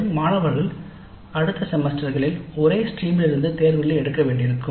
மற்றும் மாணவர்கள் அடுத்த செமஸ்டர்களில் ஒரே ஸ்ட்ரீமில் இருந்து தேர்வுகளை எடுக்க வேண்டியிருக்கும்